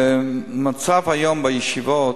המצב היום בישיבות,